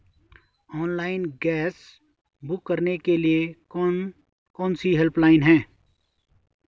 Online gas book करने के लिए कौन कौनसी हेल्पलाइन हैं?